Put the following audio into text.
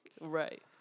right